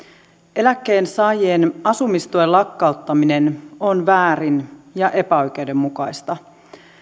eläkkeensaajien asumistuen lakkauttaminen on väärin ja epäoikeudenmukaista